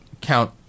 count